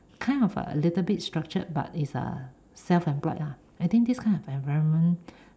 kind of a little bit structured but is uh self employed lah I think this kind of environment